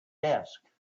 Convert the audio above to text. desk